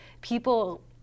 People